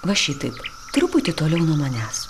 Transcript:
va šitaip truputį toliau nuo manęs